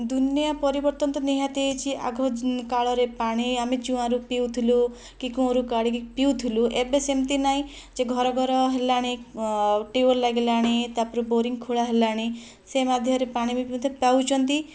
ଦୁନିଆଁ ପରିବର୍ତ୍ତନ ତ ନିହାତି ହୋଇଛି ଆଗ କାଳରେ ପାଣି ଆମେ ଚୁଆଁରୁ ପିଉଥିଲୁ କି କୂଅଁରୁ କାଢ଼ିକି ପିଉଥିଲୁ ଏବେ ସେମିତି ନାଇଁ ଯେ ଘର ଘର ହେଲାଣି ଆଉ ଟ୍ୟୁବୱେଲ୍ ଲାଗିଲାଣି ତାପରେ ବୋରିଙ୍ଗ ଖୋଳା ହେଲାଣି ସେ ମଧ୍ୟରେ ପାଣି ବି ମଧ୍ୟ ପାଉଛନ୍ତି